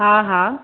हा हा